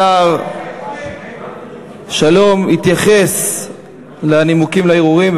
השר שלום יתייחס לנימוקים לערעורים.